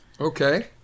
Okay